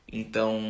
então